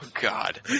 God